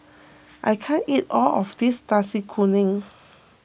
I can't eat all of this Nasi Kuning